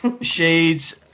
shades